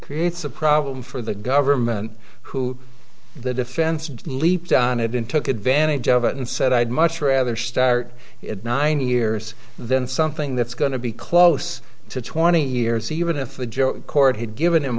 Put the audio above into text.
creates a problem for the government who the defense just leapt on it in took advantage of it and said i'd much rather start it nine years then something that's going to be close to twenty years even if the joke court had given him